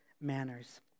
manners